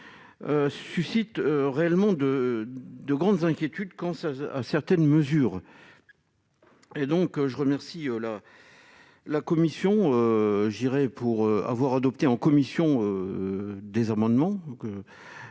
suscite réellement de de grandes inquiétudes quand ça à certaines mesures, et donc je remercie la la commission, je dirais, pour avoir adopté en commission des amendements